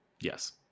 Yes